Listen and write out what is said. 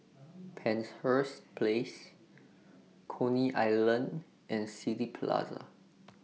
Penshurst Place Coney Island and City Plaza